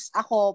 ako